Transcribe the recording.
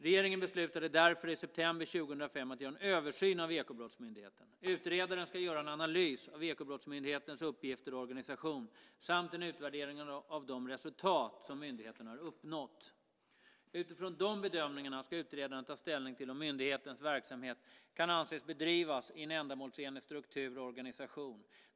Regeringen beslutade därför i september 2005 att göra en översyn av Ekobrottsmyndigheten. Utredaren ska göra en analys av Ekobrottsmyndighetens uppgifter och organisation samt en utvärdering av de resultat som myndigheten har uppnått. Utifrån de bedömningarna ska utredaren ta ställning till om myndighetens verksamhet kan anses bedrivas i en ändamålsenlig struktur och organisation.